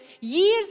years